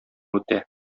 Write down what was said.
үтә